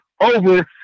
over